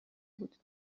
بود